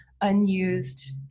unused